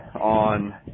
on